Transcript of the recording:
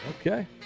okay